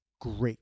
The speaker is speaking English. great